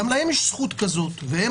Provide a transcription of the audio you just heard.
גם להם יש זכות כזו והם